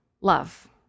love